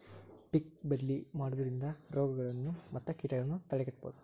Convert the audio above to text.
ಪಿಕ್ ಬದ್ಲಿ ಮಾಡುದ್ರಿಂದ ರೋಗಗಳನ್ನಾ ಮತ್ತ ಕೇಟಗಳನ್ನಾ ತಡೆಗಟ್ಟಬಹುದು